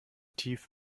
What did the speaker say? tief